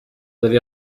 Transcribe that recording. avez